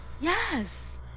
Yes